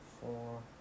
four